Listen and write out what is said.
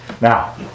Now